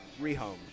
rehomed